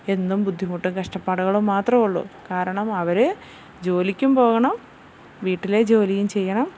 എന്നും ബുദ്ധിമുട്ടും കഷ്ടപ്പാട്കളും മാത്രമുള്ളൂ കാരണം അവര് ജോലിക്കും പോകണം വീട്ടിലെ ജോലിയും ചെയ്യണം